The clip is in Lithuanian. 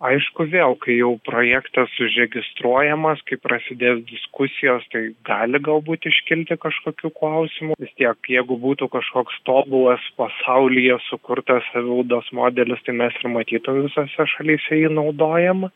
aišku vėl kai jau projektas užregistruojamas kai prasidės diskusijos tai gali galbūt iškilti kažkokių klausimų vis tiek jeigu būtų kažkoks tobulas pasaulyje sukurtas savivaldos modelis tai mes ir matytumėm visose šalyse jį naudojamą